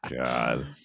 God